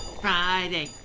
friday